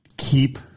keep